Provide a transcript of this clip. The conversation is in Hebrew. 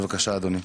בבקשה, אדוני.